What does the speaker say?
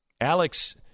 Alex